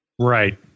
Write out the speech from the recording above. Right